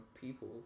people